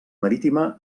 marítima